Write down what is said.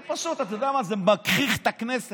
זה פשוט מגחיך את הכנסת.